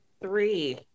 Three